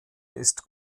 ist